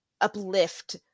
uplift